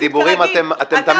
בדיבורים אתם תמיד אתנו.